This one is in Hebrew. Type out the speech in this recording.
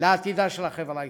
לעתידה של החברה הישראלית.